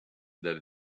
that